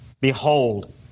Behold